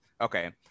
okay